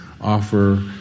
offer